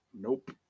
Nope